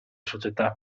società